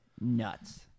nuts